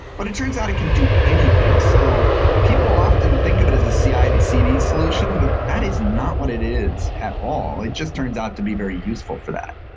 but it turns out it can do anything. so people often think of it as a cicd solution. but that is not what it is at all. it just turns out to be very useful for that.